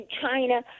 china